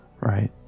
Right